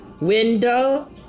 window